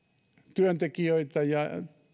työntekijöitä ja